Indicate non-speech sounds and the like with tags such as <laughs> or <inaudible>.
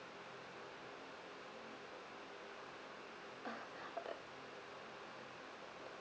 <laughs>